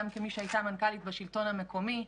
גם כמי שהייתה מנכ"לית בשלטון המקומי,